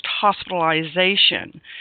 hospitalization